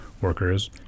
workers